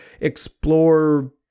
explore